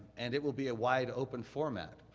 and it will be a wide open format.